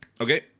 okay